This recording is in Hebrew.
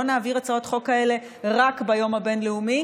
נעביר הצעות חוק כאלה רק ביום הבין-לאומי,